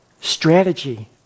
strategy